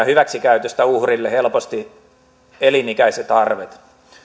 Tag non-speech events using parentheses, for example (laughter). (unintelligible) hyväksikäytöstä uhrille helposti elinikäiset arvet